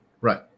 Right